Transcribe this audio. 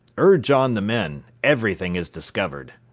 urge on the men everything is discovered.